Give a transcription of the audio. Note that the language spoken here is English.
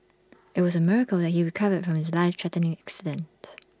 IT was A miracle that he recovered from his life threatening accident